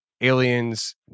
aliens